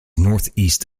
northeast